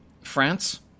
France